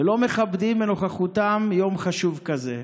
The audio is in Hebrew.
ולא מכבדים בנוכחותם יום חשוב כזה.